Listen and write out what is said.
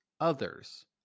others